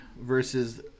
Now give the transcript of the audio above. versus